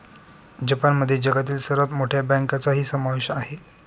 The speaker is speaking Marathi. जपानमध्ये जगातील सर्वात मोठ्या बँकांचाही समावेश आहे